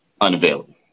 unavailable